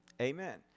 Amen